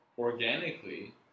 organically